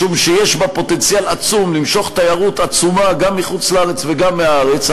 משום שיש בה פוטנציאל עצום למשוך תיירות עצומה גם מחוץ-לארץ וגם מהארץ.